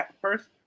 first